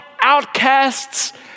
outcasts